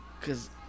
Cause